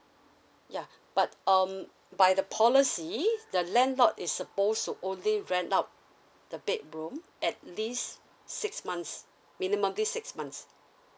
ya but um by the policy the landlord is supposed to only rent out the bedroom at least six months minimum this six months